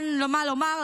אין מה לומר,